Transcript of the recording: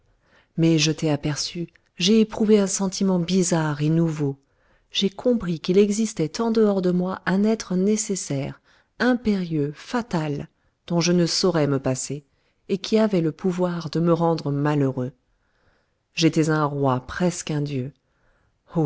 mais je t'ai aperçue j'ai éprouvé un sentiment bizarre et nouveau j'ai compris qu'il existait en dehors de moi un être nécessaire impérieux fatal dont je ne saurais me passer et qui avait le pouvoir de me rendre malheureux j'étais un roi presque un dieu